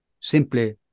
simply